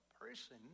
person